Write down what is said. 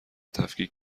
تفکیک